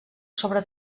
sobre